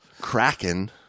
kraken